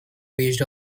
waged